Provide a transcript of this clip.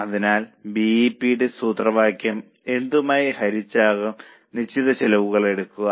അതിനാൽ B E P യുടെ സൂത്രവാക്യം എന്തുമായി ഹരിച്ചാകും നിശ്ചിത ചെലവുകൾ എടുക്കുക